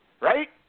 Right